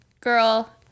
Girl